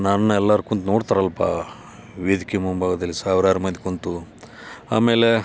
ನನ್ನ ಎಲ್ಲರೂ ಕುಂತು ನೋಡ್ತಾರಲ್ಲಪ್ಪ ವೇದಿಕೆ ಮುಂಭಾಗದಲ್ಲಿ ಸಾವ್ರಾರು ಮಂದಿ ಕುಂತು ಆಮೇಲೆ